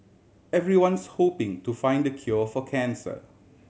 everyone's hoping to find the cure for cancer